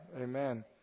Amen